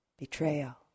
Betrayal